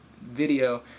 video